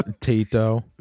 Tito